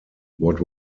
what